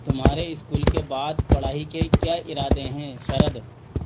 تمہارے اسکول کے بعد پڑھائی کے کیا ارادے ہیں شرد